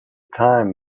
time